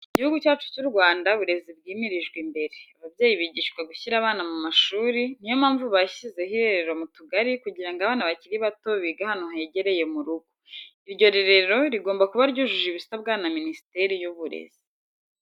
Igihugu cyacu cy'u Rwanda uburezi bwimirijwe imbere, ababyeyi bigishwa gushyira abana mu mashuri, niyo mpamvu bashyizeho irerero mu tugari kugira ngo abana bakiri bato bige ahantu hegereye mu rugo. Iryo rerero rigomba kuba ryujuje ibisabwa na minisiteri y'uburezi.